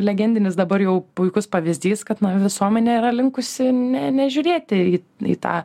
legendinis dabar jau puikus pavyzdys kad visuomenė yra linkusi ne nežiūrėti į tą